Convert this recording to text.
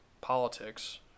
politics